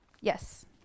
yes